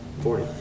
Forty